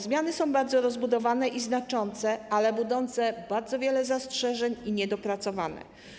Zmiany są bardzo rozbudowane i znaczące, ale budzą bardzo wiele zastrzeżeń i są niedopracowane.